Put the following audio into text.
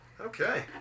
Okay